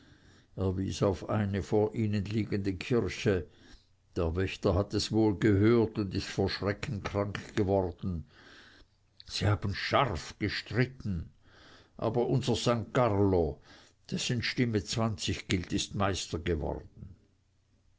er wies auf eine vor ihnen liegende kirche der wächter hat es wohl gehört und ist vor schrecken krank geworden sie haben scharf gestritten aber unser san carlo dessen stimme zwanzig gilt ist meister geworden